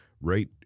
Right